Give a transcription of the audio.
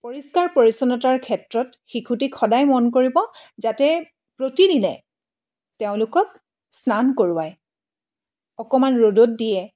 পৰিষ্কাৰ পৰিচ্ছন্নতাৰ ক্ষেত্ৰত শিশুটিক সদায় মন কৰিব যাতে প্ৰতিদিনে তেওঁলোকক স্নান কৰোৱায় অকণমান ৰ'দত দিয়ে